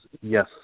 yes